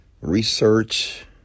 research